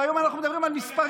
היום אנחנו מדברים על מספרים,